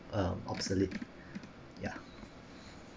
um obsolete ya